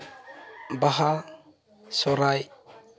ᱵᱟᱦᱟ ᱥᱚᱨᱦᱟᱭ